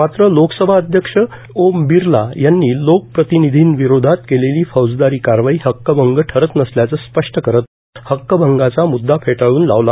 मात्र लोकसभाध्यक्ष ओम बिर्ला यांनी लोकप्रतिनिधींविरोधात केलेली फौजदारी कारवाई हक्कभंग ठरत नसल्याचं स्पष्ट करत हक्कभंगाचा म्ददा फेटाळून लावला